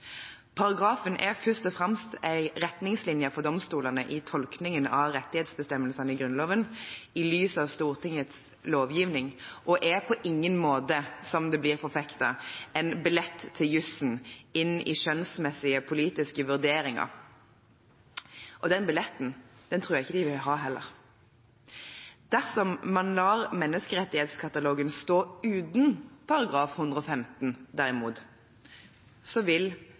Paragrafen er først og fremst en retningslinje for domstolene i tolkningen av rettighetsbestemmelsene i Grunnloven i lys av Stortingets lovgivning og er på ingen måte, som det blir forfektet, en billett til jusen inn i skjønnsmessige politiske vurderinger. Den billetten tror jeg heller ikke de vil ha. Dersom man derimot lar menneskerettighetskatalogen stå uten § 115,